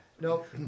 Nope